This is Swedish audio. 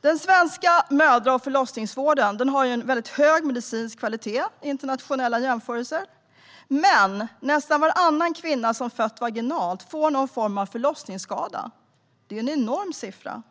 Den svenska mödra och förlossningsvården håller hög medicinsk kvalitet, enligt internationella jämförelser. Men nästan varannan kvinna som föder vaginalt får någon form av förlossningsskada. Det är enormt många.